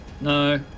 No